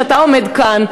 שאתה עומד כאן,